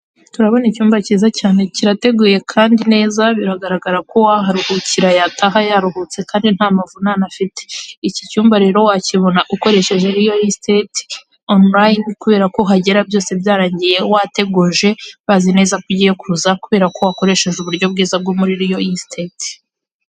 Turabona icyumba cyiza cyane, kirateguye kandi neza, biragaragara ko uwaruhukira yataha yaruhutse kandi nta mavune afite, iki cyumba rero wakibona ukoresheje Riyo esitete onurayine, kubera ko uhagera byose byarangiye wateguje bazi neza ko ugiye kuza kubera ko wakoresheje uburyo bwiza bwo muri Riyo esitete.